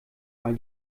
weil